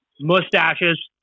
mustaches